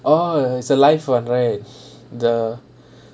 oh is a life from there the